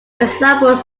examples